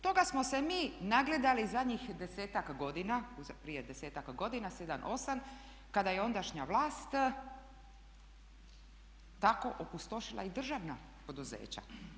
Toga smo se mi nagledali zadnjih 10-ak godina, prije 10-ak godina, 7, 8 kada je ondašnja vlast tako opustošila i državna poduzeća.